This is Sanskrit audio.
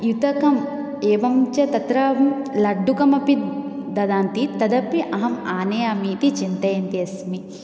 युतकम् एवञ्च तत्र लड्डुकम् अपि ददान्ति तदपि अहम् आनयामि इति चिन्तयन्ति अस्मि